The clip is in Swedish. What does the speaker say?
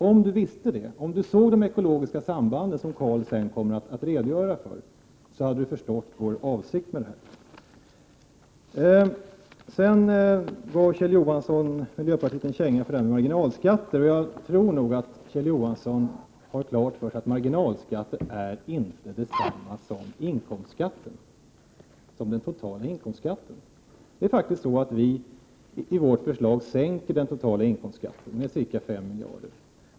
Om ni visste det, om ni såg de ekologiska sambanden, som Carl Frick sedan kommer att redogöra för, så hade ni förstått vår avsikt. Sedan gav Kjell Johansson miljöpartiet en känga för det här med marginalskatter. Jag tror nog att Kjell Johansson har klart för sig att marginalskatten inte är detsamma som den totala inkomstskatten. Det är faktiskt så, att vi i vårt förslag sänker den totala inkomstskatten med ca 5 miljarder.